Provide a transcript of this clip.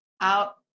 out